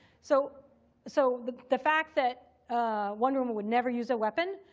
so so the the fact that wonder woman would never use a weapon,